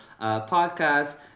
podcast